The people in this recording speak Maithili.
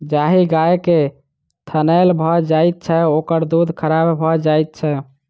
जाहि गाय के थनैल भ जाइत छै, ओकर दूध खराब भ जाइत छै